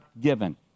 given